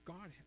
God